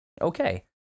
Okay